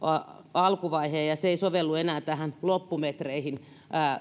alkuvaihe ja että se ei sovellu enää näihin loppumetreihin